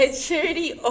Charity